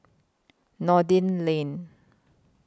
Noordin Lane